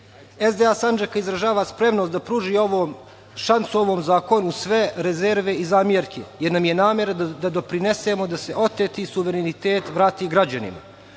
Sandžaka izražava spremnost da pruži šansu ovom Zakonu sve rezerve i zamerke, jer nam je namera da doprinesemo da se oteti suverenitet vrati građanima.